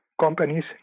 companies